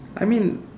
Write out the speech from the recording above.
I mean